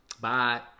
Bye